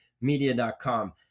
Media.com